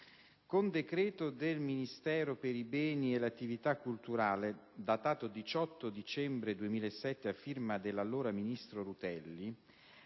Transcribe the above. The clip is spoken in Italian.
Con decreto del Ministero per i beni e le attività culturali, datato 18 dicembre 2007, a firma dell'allora ministro Rutelli,